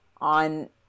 on